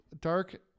dark